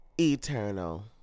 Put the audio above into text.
eternal